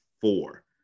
four